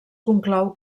conclou